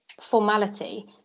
formality